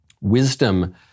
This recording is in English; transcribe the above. Wisdom